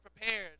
prepared